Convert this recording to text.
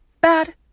bad